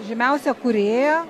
žymiausią kūrėją